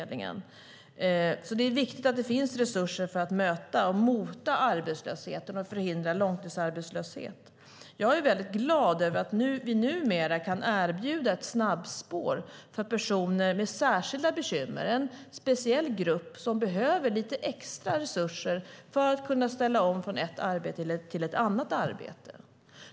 Det är dock viktigt att det finns resurser för att möta och mota arbetslösheten och för att förhindra långtidsarbetslöshet. Jag är glad över att vi numera kan erbjuda ett snabbspår för personer med särskilda bekymmer. Det är en speciell grupp som behöver lite extra resurser för att kunna ställa om från ett arbete till ett annat.